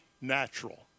natural